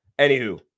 Anywho